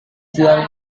siang